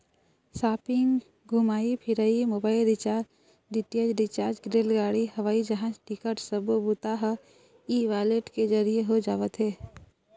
shopping, घूमई फिरई, mobile recharge, DTH recharge, रेलगाड़ी, हवई जहाज टिकट सब्बो बूता ह ई वॉलेट के जरिए हो जावत हे